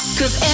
Cause